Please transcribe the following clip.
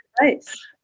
nice